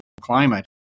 climate